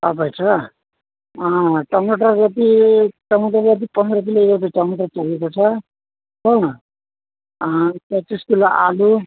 सबै छ अँ टमाटर जति टमाटर जति पन्ध्र किलो जति टमाटर चाहिएको छ हो अन्त तिस किलो आलु